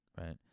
right